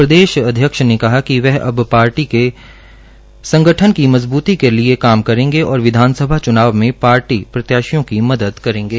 प्रदेश अध्यक्ष ने कहा कि वह अब पार्टी के संगठन की मजबूती के लिए काम करेंगे और विधानसभा चुनाव में पार्टी प्रत्याशियों की मदद करेंगे